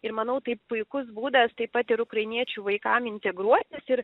ir manau tai puikus būdas taip pat ir ukrainiečių vaikam integruotis ir